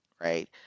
right